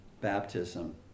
baptism